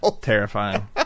Terrifying